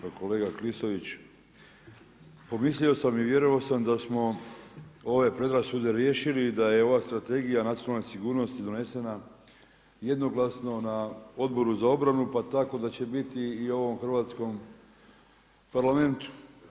Pa kolega Klisović, pomislio sam i vjerovao sam da smo ove predrasude riješili i da je ova Strategija nacionalne sigurnosti donesena jednoglasno na Odboru za obranu pa tako da će biti i u ovom hrvatskom Parlamentu.